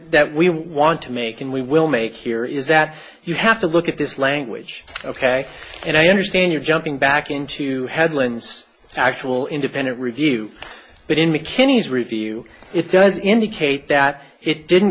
that we want to make and we will make here is that you have to look at this language ok and i understand you're jumping back into headlines actual independent review but in mckinney's review it does indicate that it didn't